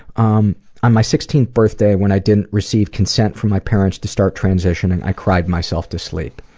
um on my sixteenth birthday when i didn't receive consent from my parents to start transitioning, i cried myself to sleep.